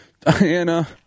Diana